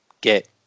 get